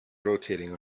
rotating